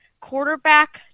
quarterback